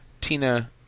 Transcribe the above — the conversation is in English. Tina